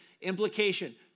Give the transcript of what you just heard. Implication